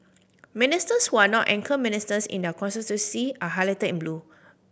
ministers who are not anchor ministers in their constituency are highlighted in blue